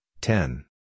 ten